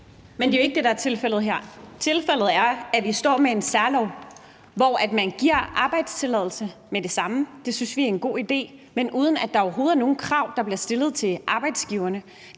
Men det er jo ikke det, der er tilfældet her. Tilfældet er, at vi står med en særlov, hvor man giver arbejdstilladelser med det samme – det synes vi er en god idé – men uden at der overhovedet er nogen krav, der bliver stillet til arbejdsgiverne.